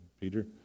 Peter